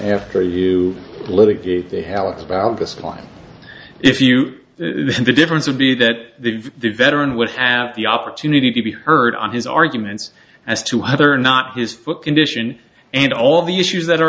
line if you can the difference would be that the veteran would have the opportunity to be heard on his arguments as to whether or not his foot condition and all the issues that are